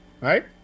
right